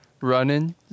Running